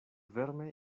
verme